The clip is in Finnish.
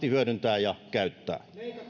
vapaasti hyödyntää ja käyttää